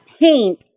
paint